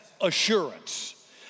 assurance